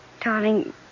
Darling